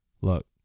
look